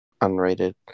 Unrated